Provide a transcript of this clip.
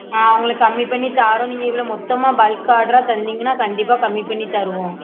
ஆ உங்களுக்கு கம்மி பண்ணித்தறோம் நீங்கள் இவ்வளோ மொத்தமாக பல்க் ஆட்ராக தந்திங்கன்னா கண்டிப்பாக கம்மி பண்ணித்தருவோம்